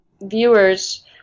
viewers